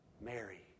Mary